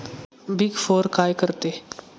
Big four काय करते?